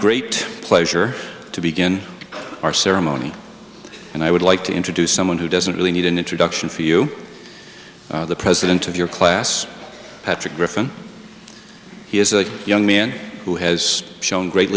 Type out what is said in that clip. great pleasure to begin our ceremony and i would like to introduce someone who doesn't really need an introduction for you the president of your class patrick griffin he is a young man who has shown great